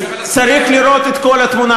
צריך לראות את כל התמונה,